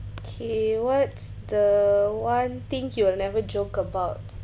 kay what's the one thing you will never joke about